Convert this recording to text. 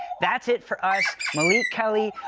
that's it for us. malik, kelly,